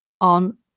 on